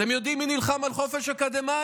אתם יודעים מי נלחם על חופש אקדמי?